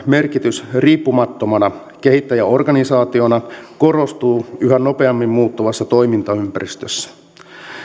merkitys riippumattomana kehittäjäorganisaationa korostuu yhä nopeammin muuttuvassa toimintaympäristössä